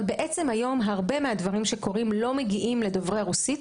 הרבה מהדברים שקורים כיום לא מגיעים לדוברי הרוסית,